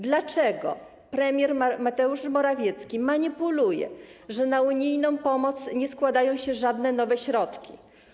Dlaczego premier Mateusz Morawiecki manipuluje, że na unijną pomoc nie składają się żadne nowe środki?